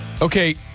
Okay